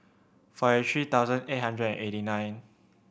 forty three thousand eight hundred and eighty nine